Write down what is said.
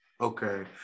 Okay